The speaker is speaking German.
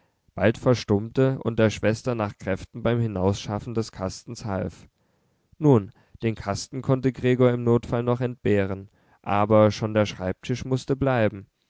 bald verstummte und der schwester nach kräften beim hinausschaffen des kastens half nun den kasten konnte gregor im notfall noch entbehren aber schon der schreibtisch mußte bleiben